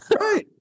Right